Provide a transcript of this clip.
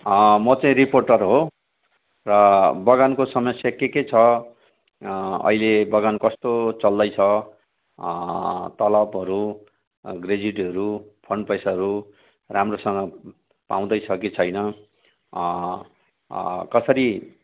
म चाहिँ रिपोर्टर हो र बगानको समस्या के के छ अहिले बगान कस्तो चल्दैछ तलबहरू ग्रेच्युटीहरू फन्ड पैसाहरू राम्रोसँग पाउँदैछ कि छैन कसरी